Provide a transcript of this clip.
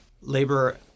labor